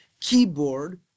keyboard